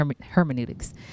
hermeneutics